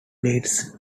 blades